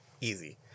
Easy